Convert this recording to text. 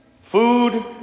food